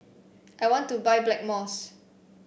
I want to buy Blackmores